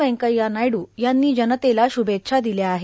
व्यंकय्या नायडू यांनी जनतेला श्भेच्छा दिल्या आहेत